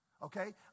Okay